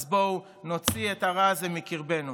אז בואו נוציא את הרע הזה מקרבנו.